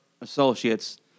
associates